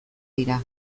dira